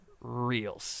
real